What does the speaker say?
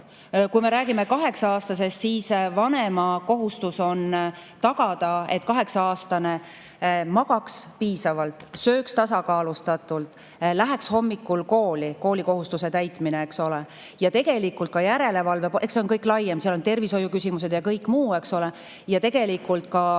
Kui me räägime kaheksa-aastasest, siis vanema kohustus on tagada, et kaheksa-aastane magaks piisavalt, sööks tasakaalustatult, läheks hommikul kooli – koolikohustuse täitmine, eks ole – ja tegelikult ka, et oleks järelevalve. Eks see on kõik laiem, seal on tervishoiuküsimused ja kõik muu, eks ole, aga järelevalve